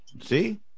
see